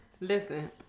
listen